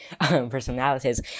personalities